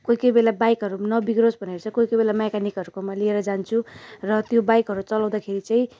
कोही कोही बेला बाइकहरू पनि नबिग्रियोस भनेर कोही कोही बेला म्याकेनिकहरूकोमा लिएर जान्छु र त्यो बाइकहरू चलाउँदाखेरि चाहिँ